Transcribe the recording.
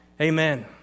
Amen